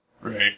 Right